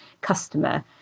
customer